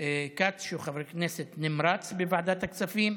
כץ, שהוא חבר כנסת נמרץ בוועדת הכספים,